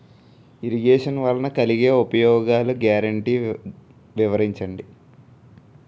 Irrigation వలన కలిగే ఉపయోగాలు గ్యారంటీ వివరించండి?